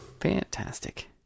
Fantastic